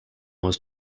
was